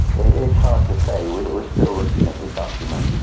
it's hard to say we're we're still looking at the documents.